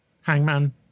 hangman